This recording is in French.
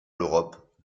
l’europe